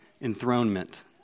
enthronement